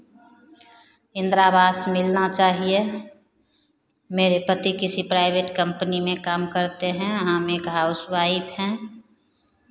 इन्दिरावास मिलना चाहिए मेरे पति किसी प्राइवेट कम्पनी में काम करते हैं हम एक हाउस वाइफ़ हैं